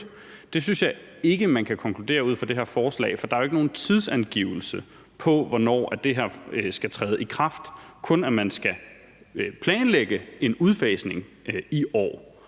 Det synes jeg ikke man kan konkludere ud fra det her forslag, for der er jo ikke nogen tidsangivelse for, hvornår det her skal træde i kraft, kun at man skal planlægge en udfasning i år